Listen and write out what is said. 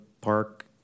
Park